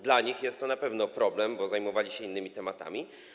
Dla nich jest to na pewno problem, bo zajmowali się innymi tematami.